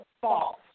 false